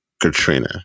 Katrina